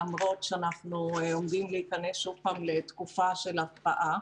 למרות שאנחנו עומדים להיכנס שוב פעם לתקופה של הקפאה.